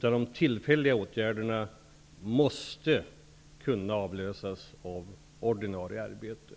De tillfälliga åtgärderna måste kunna avlösas av ordinarie arbete.